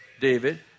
David